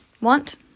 want